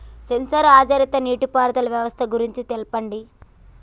Censor ఆధారిత నీటిపారుదల వ్యవస్థ గురించి తెల్పండి?